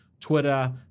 Twitter